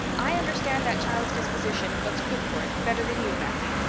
i understand that child's disposition and what's good for it better than you, matthew.